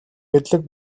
мэдлэг